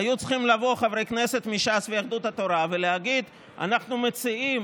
היו צריכים לבוא חברי כנסת מש"ס ויהדות התורה ולהגיד: אנחנו מציעים